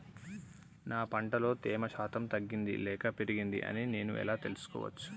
నా పంట లో తేమ శాతం తగ్గింది లేక పెరిగింది అని నేను ఎలా తెలుసుకోవచ్చు?